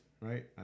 right